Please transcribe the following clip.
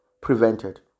prevented